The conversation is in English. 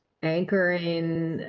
anchoring